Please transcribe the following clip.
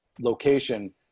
Location